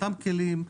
אותם כלים,